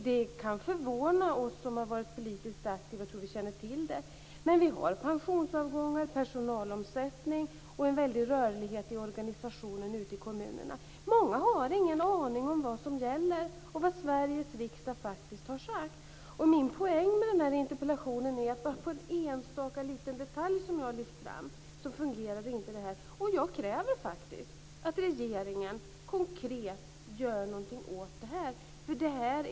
Det kan förvåna oss som har varit politiskt aktiva och tror att man känner till det. Men vi har pensionsavgångar, personalomsättning och en väldigt rörlighet i organisationen ute i kommunerna. Många har ingen aning om vad som gäller och vad Sveriges riksdag faktiskt har sagt. Min poäng med den här interpellationen är att det här inte fungerar i en enstaka liten detalj som jag har lyft fram. Jag kräver faktiskt att regeringen gör något konkret åt det här.